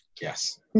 Yes